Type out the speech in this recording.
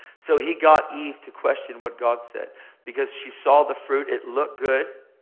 so he got eve to question what god said because she saw the fruit. it looked good.